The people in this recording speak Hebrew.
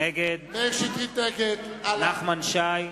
נגד נחמן שי,